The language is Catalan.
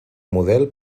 model